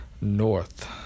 North